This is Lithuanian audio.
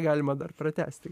galima dar pratęsti